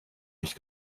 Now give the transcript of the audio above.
nicht